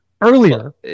earlier